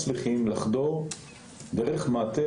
קודם כל אני אציג את עצמי.